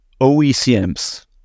OECMs